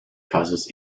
causes